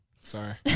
sorry